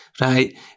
Right